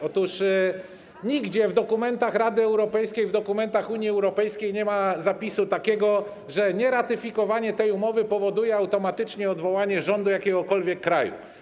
Otóż nigdzie w dokumentach Rady Europejskiej, w dokumentach Unii Europejskiej nie ma zapisu, że nieratyfikowanie tej umowy powoduje automatycznie odwołanie rządu jakiegokolwiek kraju.